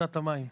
מרוצת המים,